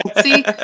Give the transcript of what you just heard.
See